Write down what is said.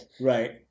Right